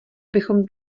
bychom